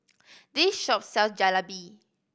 this shop sells Jalebi